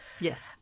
Yes